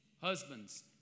Husbands